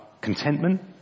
contentment